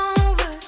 over